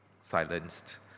silenced